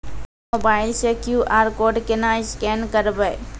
Mobile से QR code केना scan करबै?